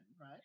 right